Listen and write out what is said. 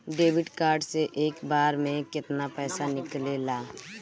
Debit card से एक बार मे केतना पैसा निकले ला?